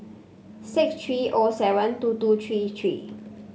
six three O seven two two three three